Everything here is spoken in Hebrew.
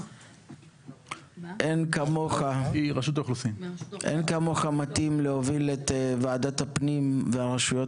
אין כמוך מתאים להוביל את ועדת הפנים והרשויות